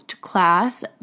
class